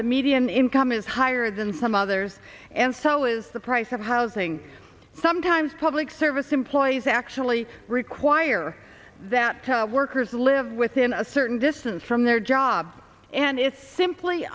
the median income is higher than some others and so is the price of housing sometimes public service employees actually require that teleworkers live within a certain distance from their job and is simply